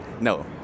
No